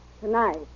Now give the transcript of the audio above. tonight